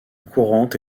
courante